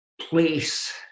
place